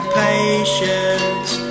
patience